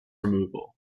removal